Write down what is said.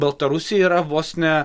baltarusija yra vos ne